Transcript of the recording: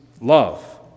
love